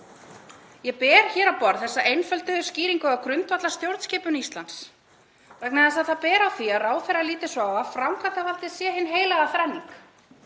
Ég ber hér á borð þessa einföldu skýringu á grundvallarstjórnskipun Íslands, vegna þess að það ber á því að ráðherrar líti svo á að framkvæmdarvaldið sé hin heilaga þrenning,